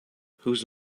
whose